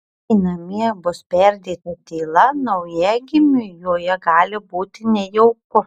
jei namie bus perdėta tyla naujagimiui joje gali būti nejauku